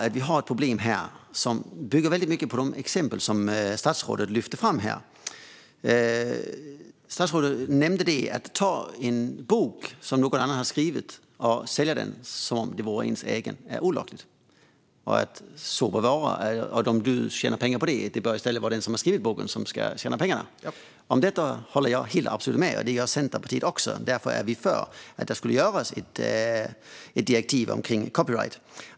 Det finns ett problem här som bygger mycket på det exempel som statsrådet lyfte fram här. Statsrådet tog upp exemplet att sälja en bok som någon annan har skrivit som om den vore ens egen, vilket är olagligt och så bör vara. Det bör i stället vara den som har skrivit boken som ska tjäna pengarna. Om detta håller jag och Centerpartiet absolut med. Därför är vi för ett direktiv kring copyright.